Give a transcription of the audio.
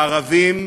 הערבים